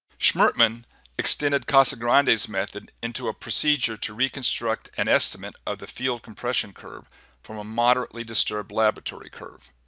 schmertmann extended cassagrande's method into a procedure to reconstruct an estimate of the field compression curve from a moderately disturbed laboratory curve.